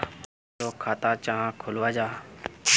लोग खाता चाँ खोलो जाहा?